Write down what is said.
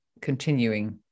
continuing